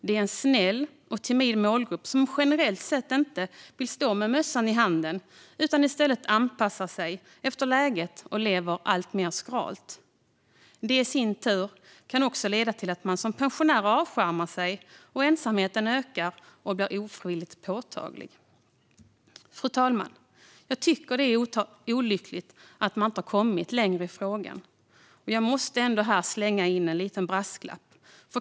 Det är en snäll och timid målgrupp som generellt sett inte vill stå med mössan i handen, utan i stället anpassar sig efter läget och lever alltmer skralt. Det i sin tur kan också leda till att man som pensionär avskärmar sig och att ensamheten ökar och blir ofrivilligt påtaglig. Fru talman! Jag tycker att det är olyckligt att man inte kommit längre i frågan. Jag måste ändå här slänga in en liten brasklapp.